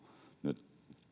nyt